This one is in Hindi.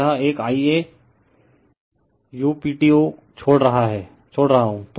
तो यह एक Ia uPTo छोड़ रहा हूं